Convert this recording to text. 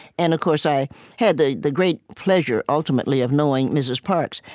and of course, i had the the great pleasure, ultimately, of knowing mrs. parks.